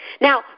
Now